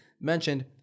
mentioned